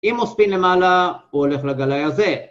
אם הוא ספין למעלה הוא הולך לגליי הזה